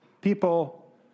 People